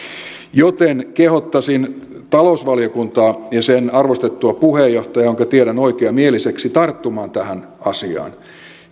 joten kehottaisin talousvaliokuntaa ja sen arvostettua puheenjohtajaa jonka tiedän oikeamieliseksi tarttumaan tähän asiaan